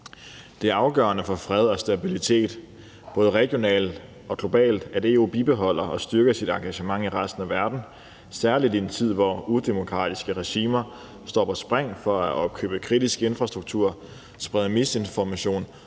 Det er afgørende for fred og stabilitet både regionalt og globalt, at EU bibeholder og styrker sit engagement i resten af verden, særlig i en tid, hvor udemokratiske regimer står på spring for at opkøbe kritisk infrastruktur, sprede misinformation,